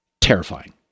Terrifying